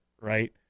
right